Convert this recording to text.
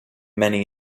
many